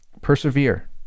persevere